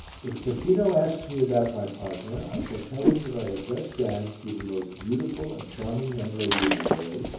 if peppino asks me about my partner, i shall tell him that i have just danced with the most beautiful and charming young lady in the world,